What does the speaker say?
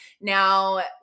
Now